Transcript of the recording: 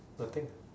nothing